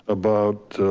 about,